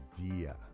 idea